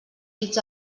dits